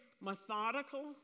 methodical